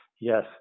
Yes